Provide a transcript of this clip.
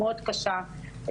מאוד קשה,